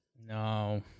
No